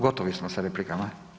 Gotovi smo sa replikama.